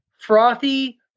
frothy